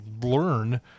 learn